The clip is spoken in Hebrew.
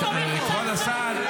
לאב שכול, לרמטכ"ל בצה"ל.